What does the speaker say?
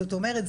זאת אומרת,